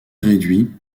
réduit